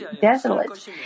desolate